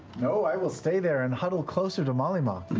no, i will stay there and huddle closer to mollymauk.